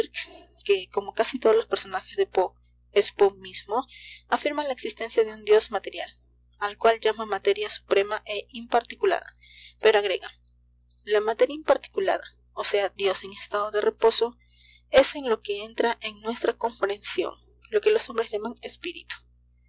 vankirk que como casi todos los personajes de poe es poe mismo afirma la existencia de un dios material al cual llama materia suprema e imparticulada pero agrega la materia imparticulada o sea dios en estado de reposo es en lo que entra en nuestra comprensión lo que los hombres llaman espíritu